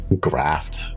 graft